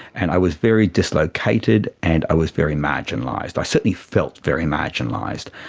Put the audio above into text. and i was very dislocated and i was very marginalised. i certainly felt very marginalised,